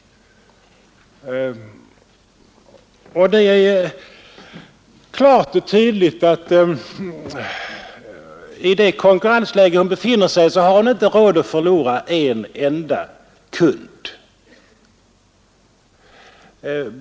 Det är klart och tydligt att i det konkurrensläge där hon befinner sig har hon inte råd att förlora en enda kund.